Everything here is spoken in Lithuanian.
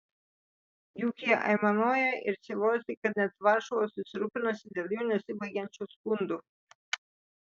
juk jie aimanuoja ir sielojasi kad net varšuva susirūpinusi dėl jų nesibaigiančių skundų